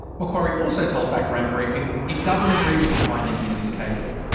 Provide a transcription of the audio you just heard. macquarie also told background briefing it doesn't agree with the findings in this case.